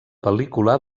pel·lícula